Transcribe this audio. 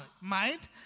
mind